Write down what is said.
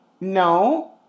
no